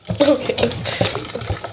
okay